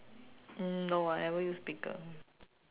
mm no I never use speaker